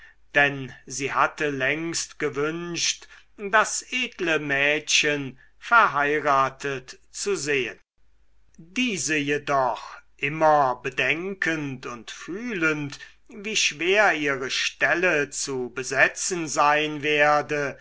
denn sie hatte längst gewünscht das edle mädchen verheiratet zu sehen diese jedoch immer bedenkend und fühlend wie schwer ihre stelle zu besetzen sein werde